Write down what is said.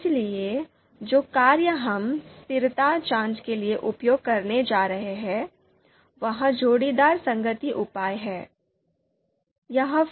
इसलिए जो कार्य हम स्थिरता जांच के लिए उपयोग करने जा रहे हैं वह जोड़ीदार संगति उपाय है